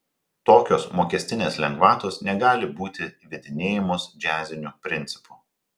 tokios mokestinės lengvatos negali būti įvedinėjamos džiaziniu principu